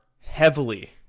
heavily